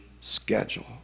schedule